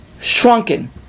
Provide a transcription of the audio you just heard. shrunken